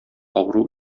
авыру